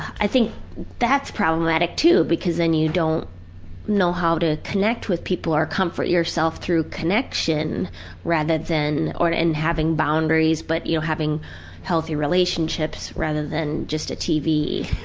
i think that's problematic too because then you don't know how to connect with people or comfort yourself through connection rather than. or and having boundaries but you know, having healthy relationships rather than just a tv